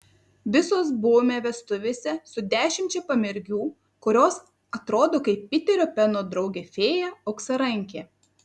visos buvome vestuvėse su dešimčia pamergių kurios atrodo kaip piterio peno draugė fėja auksarankė